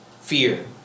Fear